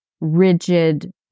Rigid